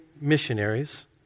missionaries